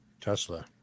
tesla